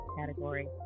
category